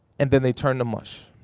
and then they turn to mush.